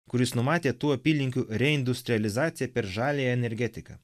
kuris numatė tų apylinkių reindustrializaciją per žaliąją energetiką